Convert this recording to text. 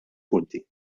punti